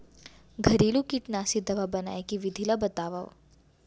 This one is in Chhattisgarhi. घरेलू कीटनाशी दवा बनाए के विधि ला बतावव?